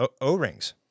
O-rings